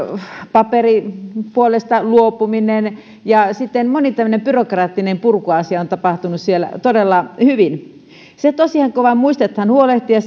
paperipuolesta luopuminen ja sitten moni tämmöinen byrokratianpurkuasia on tapahtunut siellä todella hyvin tosiaan kun vain muistetaan huolehtia